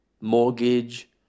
mortgage